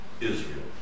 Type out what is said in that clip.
Israel